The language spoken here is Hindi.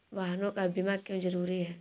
वाहनों का बीमा क्यो जरूरी है?